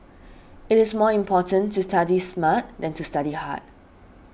it is more important to study smart than to study hard